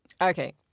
Okay